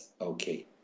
Okay